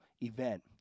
event